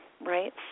right